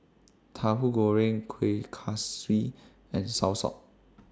Tahu Goreng Kueh Kaswi and Soursop